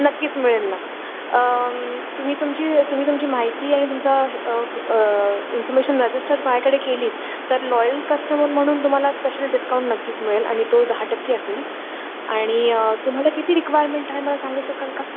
नक्कीच मिळेल ना तुम्ही तुमची तुम्ही तुमची माहिती आणि तुमचा इन्फर्मेशन रजिस्टर माझ्याकडे केलीत तर लॉयल कस्टमर म्हणून तुम्हाला स्पेशल डिस्काउंट नक्कीच मिळेल आणि तो दहा टक्के असेल आणि तुम्हाला किती रिक्वायरमेंट आहे मला सांगू शकाल का